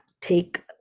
take